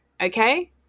okay